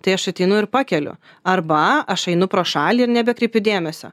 tai aš ateinu ir pakeliu arba aš einu pro šalį ir nebekreipiu dėmesio